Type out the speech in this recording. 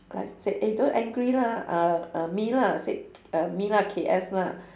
like said eh don't angry lah uh uh me lah said uh me lah K S lah